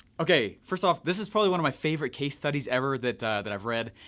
okay, first off this is probably one of my favorite case studies ever that that i've read.